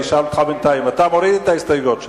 אשאל אותך בינתיים: אתה מוריד את ההסתייגויות שלך?